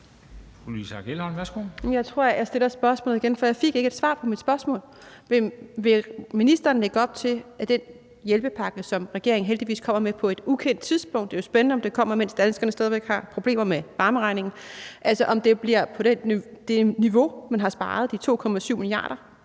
jeg stiller spørgsmålet igen, for jeg fik ikke et svar på mit spørgsmål. Vil ministeren lægge op til, at den hjælpepakke, som regeringen heldigvis kommer med, men på et ukendt tidspunkt – det er jo spændende, om den kommer, mens danskerne stadig væk har problemer med varmeregningen – bliver på det niveau, man har sparet, altså de 2,7 mia.